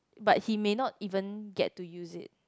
but he may not even get to use it